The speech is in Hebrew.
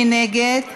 מי נגד?